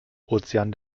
ozean